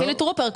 חילי טרופר,